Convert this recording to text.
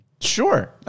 Sure